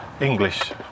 English